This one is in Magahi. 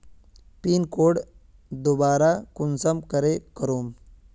पिन कोड दोबारा कुंसम करे करूम?